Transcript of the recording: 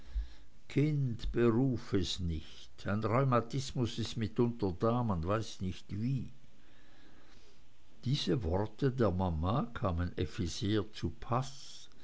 kind beruf es nicht ein rheumatismus ist mitunter da man weiß nicht wie diese worte der mama kamen effi sehr zupaß